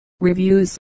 reviews